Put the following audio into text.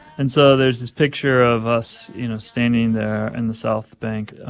and so there's this picture of us, you know, standing there in the south bank.